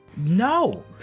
No